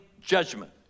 judgment